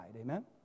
Amen